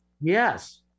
Yes